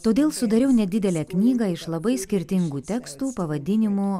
todėl sudariau nedidelę knygą iš labai skirtingų tekstų pavadinimu